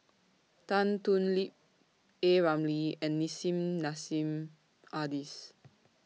Tan Thoon Lip A Ramli and Nissim Nassim Adis